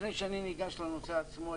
לפני שאני ניגש לנושא עצמו,